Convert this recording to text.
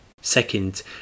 Second